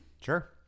Sure